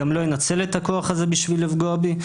גם לא ינצל את הכוח הזה בשביל לפגוע בי?